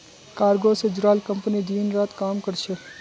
cargo से जुड़ाल company दिन रात काम कर छे